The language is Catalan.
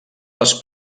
les